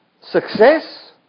success